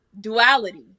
duality